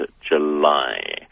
July